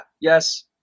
yes